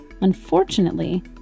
Unfortunately